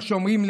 איך שאומרים,